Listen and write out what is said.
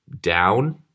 down